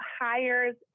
hires